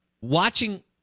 watching